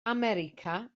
america